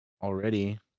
already